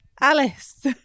Alice